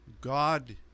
God